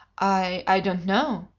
i i don't know.